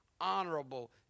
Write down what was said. honorable